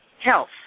health